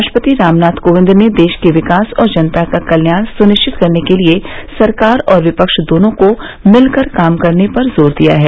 राष्ट्रपति रामनाथ कोविंद ने देश के विकास और जनता का कल्याण सुनिश्चित करने के लिए सरकार और विपक्ष दोनों को मिलकर काम करने पर जोर दिया है